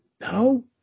No